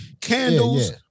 candles